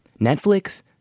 Netflix